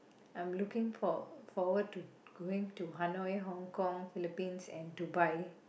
I'm looking for forward to going to Hanoi Hong Kong Philippines and Dubai